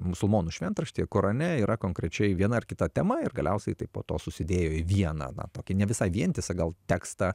musulmonų šventraštyje korane yra konkrečiai viena ar kita tema ir galiausiai tai po to susidėjo į vieną na tokį ne visai vientisą gal tekstą